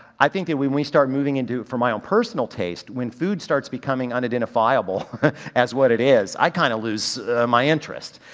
i think that when we start moving into, for my own personal taste, when food starts becoming unidentifiable as what it is, i kind of lose my interest.